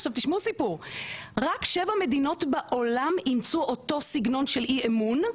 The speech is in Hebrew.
עכשיו תשמעו סיפור רק שבע מדינות בעולם אימצו אותו סגנון של אי אמון,